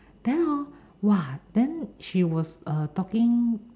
then hor !woah! then she was uh talking